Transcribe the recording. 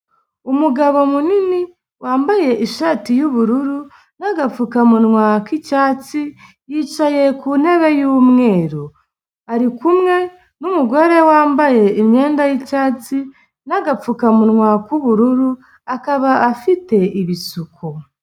Umugabo munini wambaye ishati y'ubururu n'agapfukamunwa k'icyatsi yicaye ku ntebe y'umweru arikumwe n'umugore wambaye imyenda y'cyatsi n'agapfukamunwa k'ubururu akaba afite ibisuko.